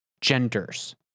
genders